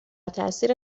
تاثیر